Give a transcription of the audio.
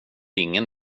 ingen